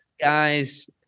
guys